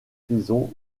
prison